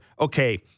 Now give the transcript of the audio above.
okay